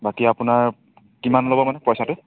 বাকী আপোনাৰ কিমান ল'ব মানে পইচাটো